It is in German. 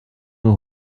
nur